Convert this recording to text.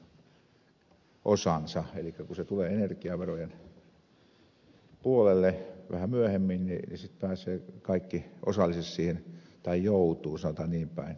elikkä kun se tulee energiaverojen puolelle vähän myöhemmin niin sitten pääsevät kaikki osalliseksi siihen tai joutuvat sanotaan niinpäin